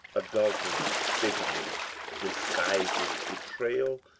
adultery, bigamy, disguises, betrayal,